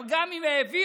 אבל גם אם העבירו,